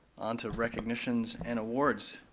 onto recognitions and awards.